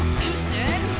Houston